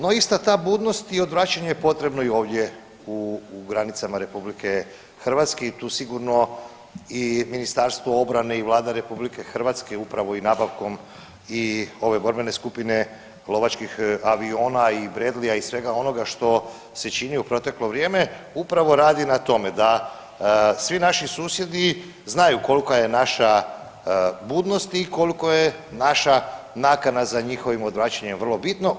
No ista ta budnost i odvraćanje je potrebno i ovdje u granicama Republike Hrvatske i tu sigurno i Ministarstvo obrane i Vlada Republike Hrvatske upravo i nabavkom i ove borbene skupine lovačkih aviona i Bradleya i svega onoga što se čini u proteklo vrijeme upravo radi na tome da svi naši susjedi znaju kolika je naša budnost i koliko je naša nakana za njihovim odvraćanjem vrlo bitno.